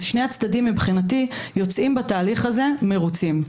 אז שני הצדדים מבחינתי יוצאים בתהליך הזה מרוצים.